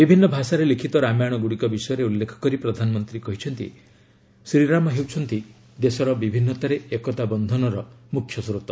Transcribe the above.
ବିଭିନ୍ନ ଭାଷାରେ ଲିଖିତ ରାମାୟଣଗୁଡ଼ିକ ବିଷୟରେ ଉଲ୍ଲେଖ କରି ପ୍ରଧାନମନ୍ତ୍ରୀ କହିଛନ୍ତି ଶ୍ରୀରାମ ହେଉଛନ୍ତି ଦେଶର 'ବିଭିନ୍ନତାରେ ଏକତା' ବନ୍ଧନର ମୁଖ୍ୟ ସ୍ରୋତ